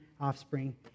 offspring